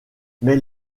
mais